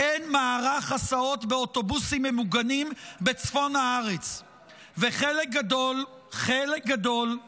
אין מערך הסעות באוטובוסים ממוגנים בצפון הארץ וחלק גדול מהתלמידים,